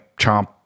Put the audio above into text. chomp